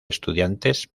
estudiantes